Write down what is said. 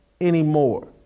anymore